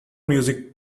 music